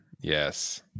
Yes